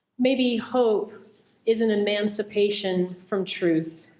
maybe hope is an emancipation from truth.